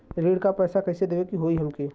ऋण का पैसा कइसे देवे के होई हमके?